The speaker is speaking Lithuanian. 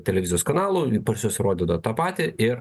televizijos kanalų visos jos rodydavo tą patį ir